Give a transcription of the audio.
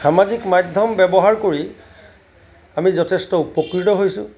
সামাজিক মাধ্যম ব্যৱহাৰ কৰি আমি যথেষ্ট উপকৃত হৈছোঁ